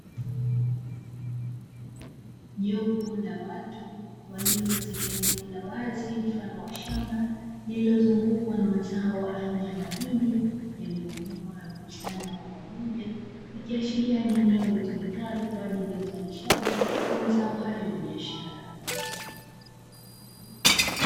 Jopo la watu walio katika eneo la wazi mfano wa shamba, lililozungukwa na mazao ya aina ya mahindi, yaliyovunwa na kukusanywa kwa pamoja, ikiashiria ni eneo litumikalo kwa ajili ya uzalishaji kwa mazao hayo ya biashara.